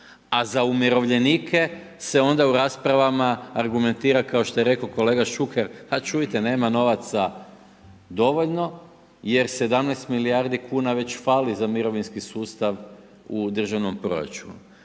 a za umirovljenike se onda u raspravama argumentira kao što je rekao kolega Šuker a čujte nema novaca dovoljno jer 17 milijardi kuna već fali za mirovinski sustav u državnom proračunu.